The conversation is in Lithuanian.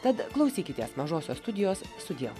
tad klausykitės mažosios studijos sudiev